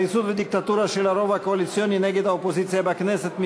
עריצות ודיקטטורה של הרוב הקואליציוני נגד האופוזיציה בכנסת,